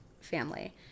family